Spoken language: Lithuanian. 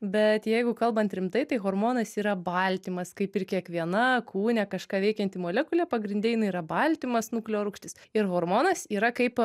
bet jeigu kalbant rimtai tai hormonas yra baltymas kaip ir kiekviena kūne kažką veikianti molekulė pagrinde jinai yra baltymas nukleorūgštis ir hormonas yra kaip